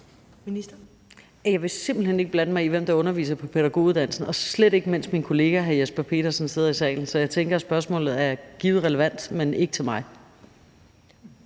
Jeg vil simpelt hen ikke blande mig i, hvem der underviser på pædagoguddannelsen, og slet ikke mens min kollega hr. Jesper Petersen sidder i salen. Så jeg tænker, at spørgsmålet givet er relevant, men ikke til mig.